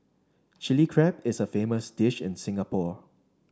Chilli Crab is a famous dish in Singapore